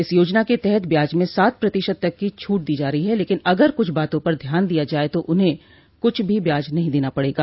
इस योजना के तहत ब्याज में सात प्रतिशत तक की छूट दी जा रही है लेकिन अगर कुछ बातों पर ध्यान दिया जाए तो उन्हें कुछ भी ब्याज नहीं देना पड़ेगा